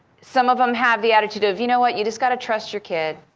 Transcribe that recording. some of them have the attitude of you know what? you've just got to trust your kid.